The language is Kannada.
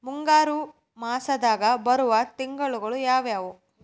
ಮುಂಗಾರು ಮಾಸದಾಗ ಬರುವ ತಿಂಗಳುಗಳ ಯಾವವು?